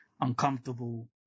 uncomfortable